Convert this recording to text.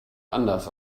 anders